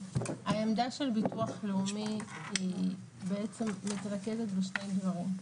העמדה של ביטוח לאומי מתרכזת בעצם בשני דברים.